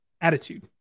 attitude